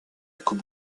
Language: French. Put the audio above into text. coupe